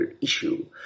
issue